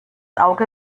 auge